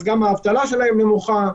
אז גם דמי האבטלה שלהם נמוכים.